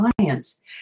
clients